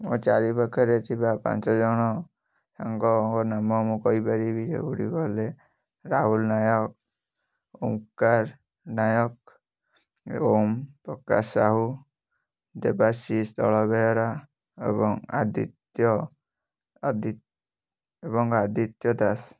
ମୋ ଚାରିପାଖରେ ଥିବା ପାଞ୍ଚଜଣ ସାଙ୍ଗଙ୍କ ନାମ ମୁଁ କହିପାରିବି ସେଗୁଡ଼ିକ ହେଲେ ରାହୁଲ ନାୟକ ଓଂକାର ନାୟକ ଏବଂ ପ୍ରକାଶ ସାହୁ ଦେବାଶିଷ ଦଳବେହେରା ଏବଂ ଆଦିତ୍ୟ ଏବଂ ଆଦିତ୍ୟ ଦାସ